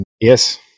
Yes